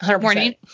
Morning